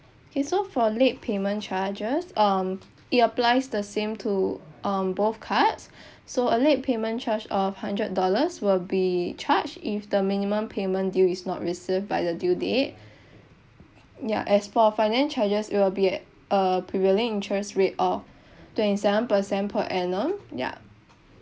K so for late payment charges um it applies the same to um both cards so a late payment charge of hundred dollars will be charged if the minimum payment due is not received by the due date ya as for finance charges it will be at a prevailing interest rate of twenty seven percent per annum ya